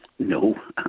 No